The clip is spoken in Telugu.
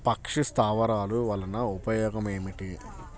పక్షి స్థావరాలు వలన ఉపయోగం ఏమిటి?